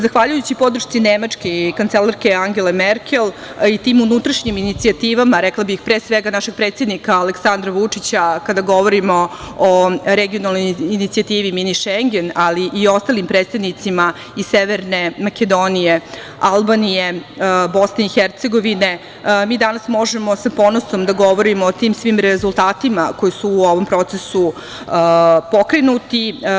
Zahvaljujući podršci Nemačke i kancelarke Angele Merkel i tim unutrašnjim inicijativama, rekla bih, pre svega našeg predsednika Aleksandra Vučića kada govorimo o regionalnoj inicijativi Mini šengen, ali i ostalim predstavnicima i Severne Makedonije, Albanije, BiH, mi danas možemo sa ponosom da govorimo o tim svim rezultatima koji su u ovom procesu pokrenuti.